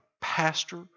pastor